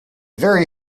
very